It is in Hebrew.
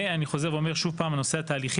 ואני חוזר ואומר שוב פעם: הנושא התהליכי,